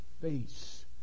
face